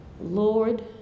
Lord